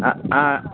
ஆ ஆ